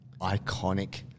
iconic